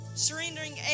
surrendering